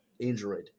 android